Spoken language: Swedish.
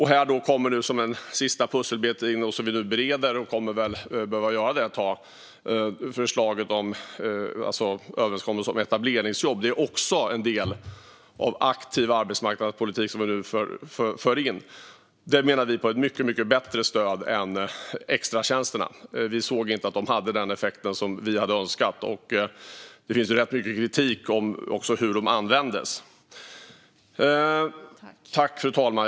Här kommer som en sista pusselbit något som vi nu bereder och som vi nog kommer att behöva bereda ett tag: förslaget till en överenskommelse om etableringsjobb. Det är också en del av en aktiv arbetsmarknadspolitik som vi nu för in och som vi menar är ett mycket bättre stöd än extratjänsterna. Vi såg inte att de hade den effekt som vi hade önskat, och det finns rätt mycket kritik mot hur de användes. Fru talman!